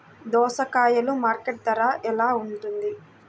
దోసకాయలు మార్కెట్ ధర ఎలా ఉంటుంది?